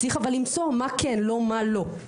צריך למצוא מה כן, לא - מה לא.